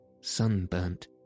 sunburnt